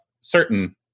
certain